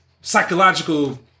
psychological